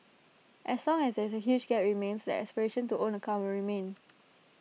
as long as this huge gap remains the aspiration to own A car will remain